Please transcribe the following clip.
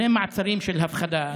אלה מעצרים של הפחדה.